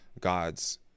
God's